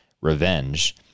revenge